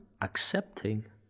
accepting